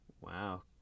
Wow